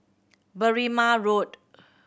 Berrima Road